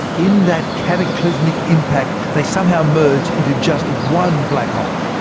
in that cataclysmic impact, they somehow merged into just one black hole,